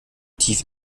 tief